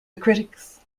critics